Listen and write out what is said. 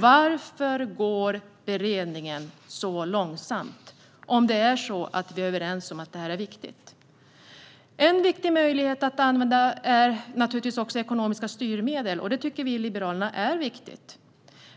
Varför går beredningen så långsamt om det är så att vi är överens om att detta är viktigt? En möjlighet är naturligtvis också att använda ekonomiska styrmedel, och detta tycker vi i Liberalerna är viktigt.